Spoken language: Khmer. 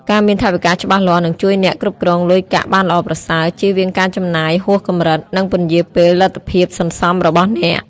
ការមានថវិកាច្បាស់លាស់នឹងជួយអ្នកគ្រប់គ្រងលុយកាក់បានល្អប្រសើរ ជៀសវាងការចំណាយហួសកម្រិត និងពន្យារពេលលទ្ធភាពសន្សំរបស់អ្នក។